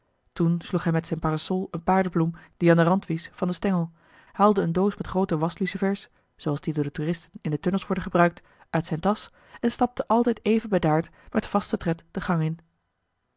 toen sloeg hij met zijne parasol eene paardebloem die aan den rand wies van den stengel haalde eene doos met groote waslucifers zooals die door de toeristen in de tunnels worden gebruikt uit zijne tasch en stapte altijd even bedaard met vasten tred de gang in